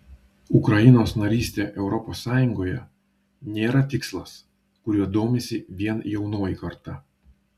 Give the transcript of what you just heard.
ukrainos narystė europos sąjungoje nėra tikslas kuriuo domisi vien jaunoji karta